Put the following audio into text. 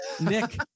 Nick